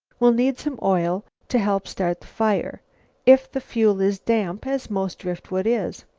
we'll need some oil to help start the fire if the fuel is damp, as most driftwood is.